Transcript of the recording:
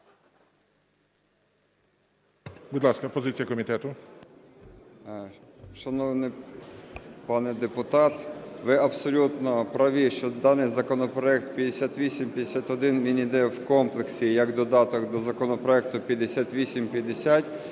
Шановний пане депутат, ви абсолютно праві, що даний законопроект 5851, він іде в комплексі як додаток до законопроекту 5850.